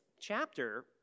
chapter